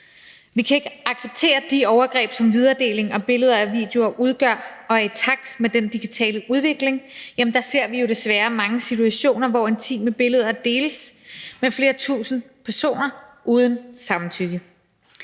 Vi kan ikke acceptere de overgreb, som videredeling af billeder og videoer udgør, og i takt med den digitale udvikling ser vi jo desværre mange situationer, hvor intime billeder deles med flere tusinde personer uden samtykke.